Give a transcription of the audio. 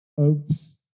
Oops